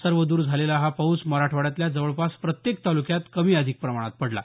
सर्वदूर झालेला हा पाऊस मराठवाड्यातल्या जवळपास प्रत्येक तालुक्यात कमी अधिक प्रमाणात पडला